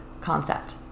concept